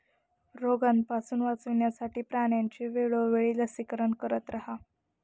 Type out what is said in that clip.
रोगापासून वाचवण्यासाठी प्राण्यांचे वेळोवेळी लसीकरण करत रहा